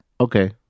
Okay